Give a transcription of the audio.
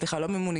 סליחה לא מימוני,